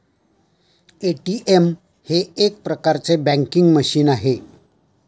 ATM हे एक प्रकारचे बँकिंग मशीन आहे